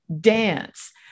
dance